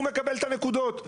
הוא מקבל את הנקודות.